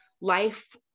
life